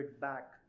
back